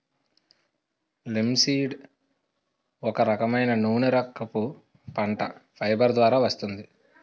linseed ఒక రకమైన నూనెరకపు పంట, ఫైబర్ ద్వారా వస్తుంది